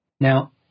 Now